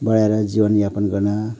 बढाएर जीवन यापन गर्न